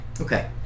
Okay